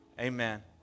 amen